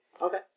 Okay